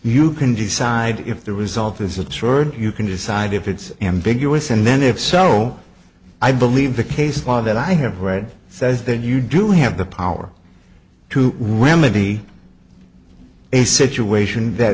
you can decide if the result is a turd you can decide if it's ambiguous and then if so i believe the case law that i have read says that you do have the power to remedy a situation that